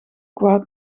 kwaad